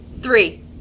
three